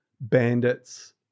bandits